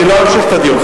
אני לא אמשיך את הדיון.